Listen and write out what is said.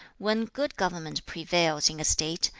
when good government prevails in a state,